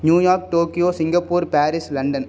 New York Tokyo Singapore Paris London